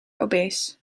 obees